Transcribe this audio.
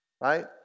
right